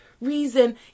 reason